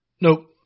Nope